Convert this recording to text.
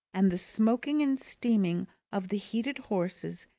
and the smoking and steaming of the heated horses,